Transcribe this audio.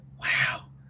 wow